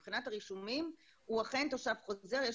הרישומים והבירוקרטיה הוא אכן תושב חוזר.